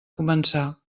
començar